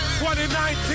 2019